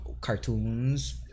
cartoons